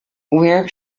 where